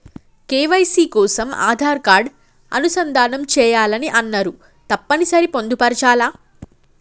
KYC కోసం Aadhaar card అనుసంధానం చేయాలని అన్నరు తప్పని సరి పొందుపరచాలా?